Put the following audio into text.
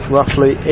Roughly